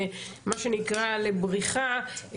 מה שנקרא לבריחה,